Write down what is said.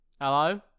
Hello